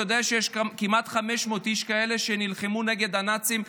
אתה יודע שיש כמעט 500 איש כאלה שנלחמו נגד הנאצים?